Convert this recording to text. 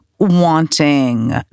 wanting